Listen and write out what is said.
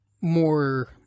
more